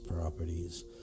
properties